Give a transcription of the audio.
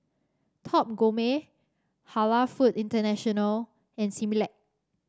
Top Gourmet Halal Food International and Similac